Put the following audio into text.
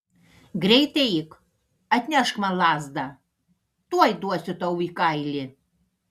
greit eik atnešk man lazdą tuoj duosiu tau į kailį